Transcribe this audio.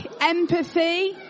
empathy